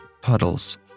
Puddles